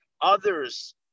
others